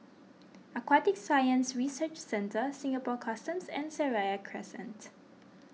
Aquatic Science Research Centre Singapore Customs and Seraya Crescent